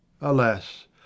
Alas